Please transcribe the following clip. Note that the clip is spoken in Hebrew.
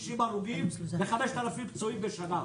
כאילו יש אדישות ל-360 הרוגים ול-5,000 פצועים בשנה,